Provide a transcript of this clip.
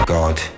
god